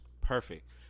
Perfect